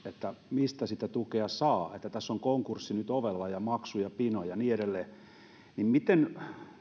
mistä sitä tukea saa kun tässä on konkurssi nyt ovella ja maksuja pino ja niin edelleen kiinnostaa